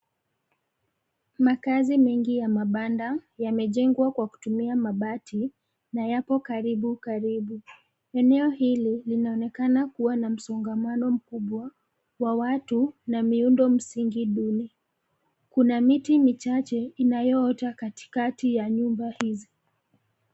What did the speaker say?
Makazi mengi ya mabanda, yamejengwa kwa kutumia mabati, na yapo karibu karibu. Eneo hili linaonekana kuwa na msongamano mkubwa, wa watu, na miundo msingi duni. Kuna miti michache, inayoota katikati ya nyumba hizi.